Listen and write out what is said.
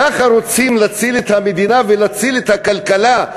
כך רוצים להציל את המדינה ולהציל את הכלכלה?